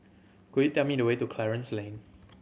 could you tell me the way to Clarence Lane